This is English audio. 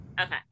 Okay